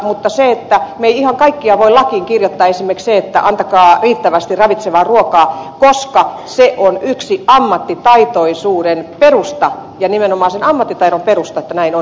mutta me emme voi ihan kaikkea lakiin kirjoittaa esimerkiksi sitä että antakaa riittävästi ravitsevaa ruokaa koska se on yksi ammattitaitoisuuden perusta nimenomaan sen ammattitaidon perusta että näin on